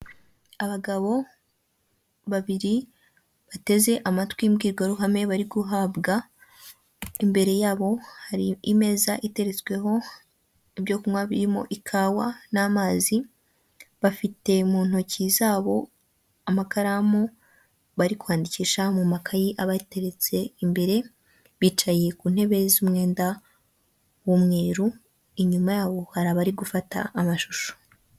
Abagabo babiri bateze amatwi imbwirwaruhame bari guhabwa. Imbere yabo hari imeza iteretsweho ibyo kunywa birimo ikawa n'amazi, bafite mu ntoki zabo amakaramu bari kwandikisha mu makayi abateretse imbere. Bicaye ku ntebe z'umwenda w'umweru inyuma yabo hari abari gufata amashusho.